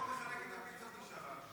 הוא צודק, קשה לשמוע.